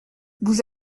vous